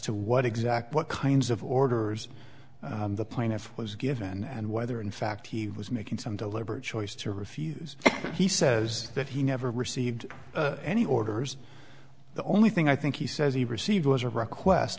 to what exact what kinds of orders the plaintiff was given and whether in fact he was making some deliberate choice to refuse he says that he never received any orders the only thing i think he says he received was a request